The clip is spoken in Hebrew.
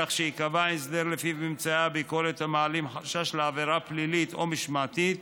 כך שייקבע הסדר שלפיו ממצאי ביקורת המעלים חשש לעבירה פלילית או משמעתית